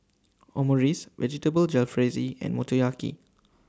Omurice Vegetable Jalfrezi and Motoyaki